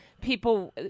people